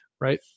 right